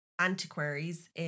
Antiquaries